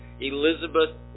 Elizabeth